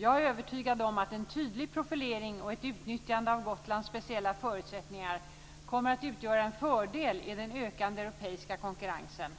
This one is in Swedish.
Jag är övertygad om att en tydlig profilering och ett utnyttjande av Gotlands speciella förutsättningar kommer att utgöra en fördel i den ökande europeiska konkurrensen.